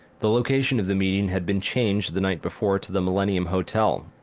the location of the meeting had been changed, the night before, to the millenium hotel,